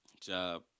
job